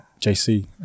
JC